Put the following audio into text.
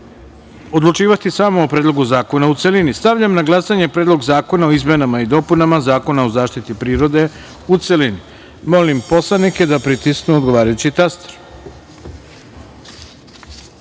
odlučivati samo o Predlogu zakona u celini. Stavljam na glasanje Predlog zakona o izmenama i dopunama Zakona o zaštiti prirode u celini. Molim poslanike da pritisnu odgovarajući